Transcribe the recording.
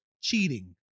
cheating